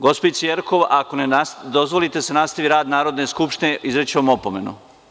Gospođice Jerkov, ako ne dozvolite da se nastavi rad Narodne skupštine, izreći ću vam opomenu.